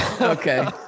Okay